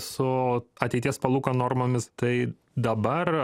su ateities palūkanų normomis tai dabar